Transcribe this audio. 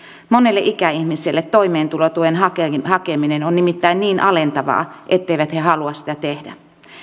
monelle ikäihmiselle toimeentulotuen hakeminen hakeminen on nimittäin niin alentavaa etteivät he halua sitä tehdä